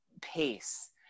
pace